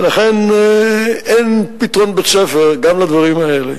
ולכן, אין פתרון בית-ספר גם לדברים האלה.